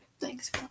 Thanks